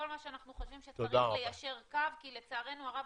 מה שאנחנו חושבים שצריך ליישר קו כי לצערנו הרב